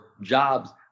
jobs